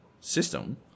system